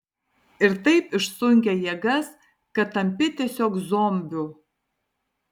ir taip išsunkia jėgas kad tampi tiesiog zombiu